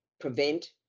prevent